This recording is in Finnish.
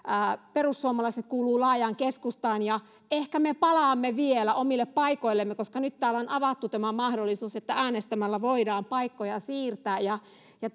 perussuomalaiset kuuluu laajaan keskustaan ja ehkä me palaamme vielä omille paikoillemme koska nyt täällä on avattu tämä mahdollisuus että äänestämällä voidaan paikkoja siirtää